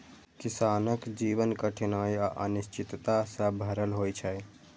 किसानक जीवन कठिनाइ आ अनिश्चितता सं भरल होइ छै